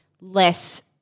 less